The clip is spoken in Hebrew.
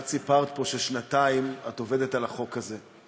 את סיפרת פה ששנתיים את עובדת על החוק הזה.